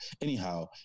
anyhow